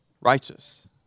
righteous